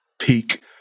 peak